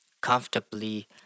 Comfortably